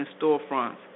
storefronts